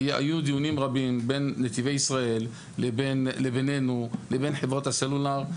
היו דיונים רבים בין נתיבי ישראל לבינינו לבין חברות הסלולר.